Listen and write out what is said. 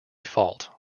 fault